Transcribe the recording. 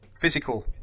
physical